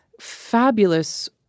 fabulous